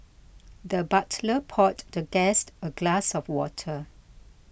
the butler poured the guest a glass of water